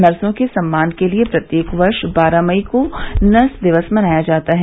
नर्सों के सम्मान के लिए प्रत्येक वर्ष बारह मई को नर्स दिवस मनाया जाता है